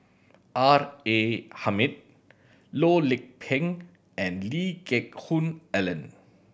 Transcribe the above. R A Hamid Loh Lik Peng and Lee Geck Hoon Ellen